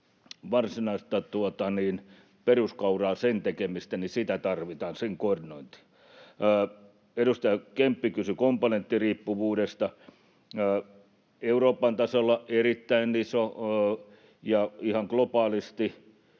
varsinaista peruskauraa, sen tekemistä, tarvitaan ja sen koordinointia. Edustaja Kemppi kysyi komponenttiriippuvuudesta. Euroopan tasolla erittäin iso ja ihan globaalisti.